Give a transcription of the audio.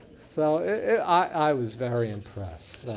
so i was very impressed.